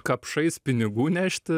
kapšais pinigų nešti